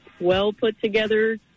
well-put-together